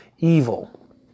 evil